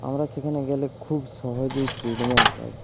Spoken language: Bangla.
আমরা সেখানে গেলে খুব সহজেই ট্রিটমেন্ট পাই